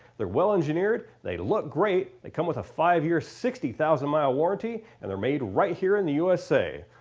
they're well engineered, they look great and they come with a five year sixty thousand mile warranty and they're made right here in the usa.